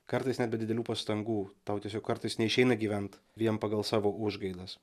kartais net be didelių pastangų tau tiesiog kartais neišeina gyvent vien pagal savo užgaidas